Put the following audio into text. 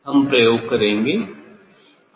हम प्रयोग करेंगे